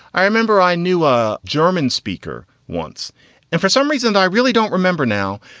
i remember i knew a german speaker once and for some reason i really don't remember now.